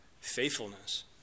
faithfulness